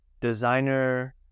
designer